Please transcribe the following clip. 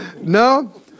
No